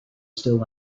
still